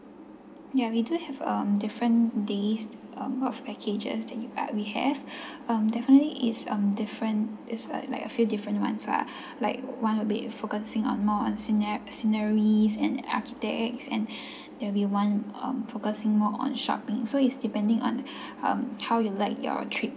ya we do have um different days um of packages that you uh we have um definitely it's um different it's a like a few different ones lah like one will be focusing on more on scena~ sceneries and architect and there'll be one um focusing more on shopping so it's depending on um how you like your trip